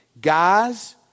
Guys